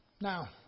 Now